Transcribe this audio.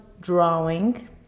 drawing